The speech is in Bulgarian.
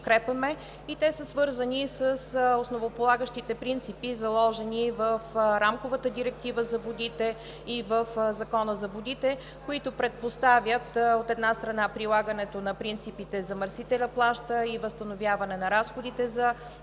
и са свързани с основополагащите принципи, заложени в Рамковата директива за водите и в Закона за водите, които предпоставят, от една страна, прилагането на принципите „замърсителят плаща“ и възстановяване на разходите за водните